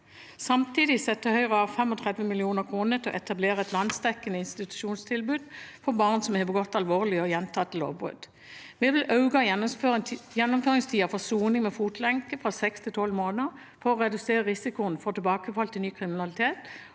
Samtidig setter Høyre av 35 mill. kr til å etablere et landsdekkende institusjonstilbud for barn som har begått alvorlige eller gjentatte lovbrudd. Vi vil øke gjennomføringstiden for soning med fotlenke fra seks til tolv måneder for å redusere risikoen for tilbakefall til ny kriminalitet